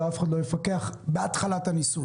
ואף אחד לא יפקח בתחילת הניסוי.